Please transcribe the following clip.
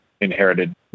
inherited